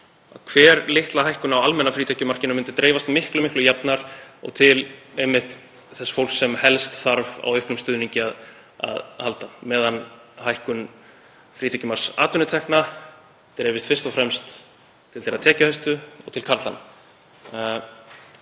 hver lítil hækkun á almenna frítekjumarkinu myndi dreifast miklu jafnar og einmitt til þess fólks sem helst þarf á auknum stuðningi að halda, meðan hækkun frítekjumarks atvinnutekna dreifist fyrst og fremst til þeirra tekjuhæstu og til karlanna.